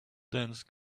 dense